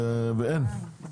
ואין.